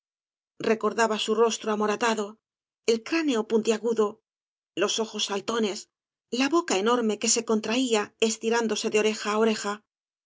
recordaba su rostro amoratado el cráneo puntiagudo los ojos saltones la boca enorme que se contraía estirándose de oreja á oreja una